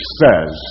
says